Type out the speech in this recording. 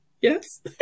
Yes